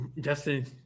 Justin